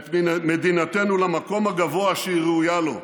את מדינתנו למקום הגבוה שהיא ראויה לו.